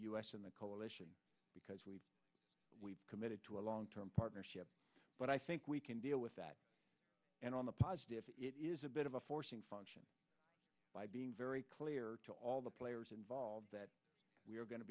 s and the coalition because we've we've committed to a long term partnership but i think we can deal with that and on the positive it is a bit of a forcing function by being very clear to all the players involved that we are going to